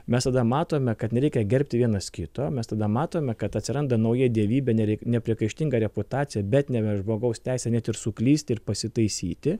mes tada matome kad nereikia gerbti vienas kito mes tada matome kad atsiranda nauja dievybė nereik nepriekaištinga reputacija bet nebe žmogaus teisė net ir suklysti ir pasitaisyti